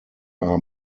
are